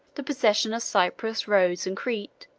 the possession of cyprus, rhodes, and crete,